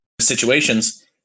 situations